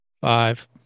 Five